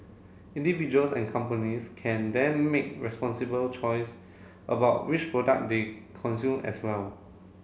individuals and companies can then make responsible choice about which product they consume as well